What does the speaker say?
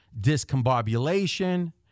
discombobulation